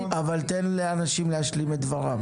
אבל תן לאנשים להשלים את דברם.